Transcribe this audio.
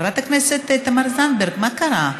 חברת הכנסת תמר זנדברג, מה קרה?